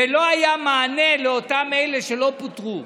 ולא היה מענה לאותם אלה שלא פוטרו,